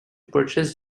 purchase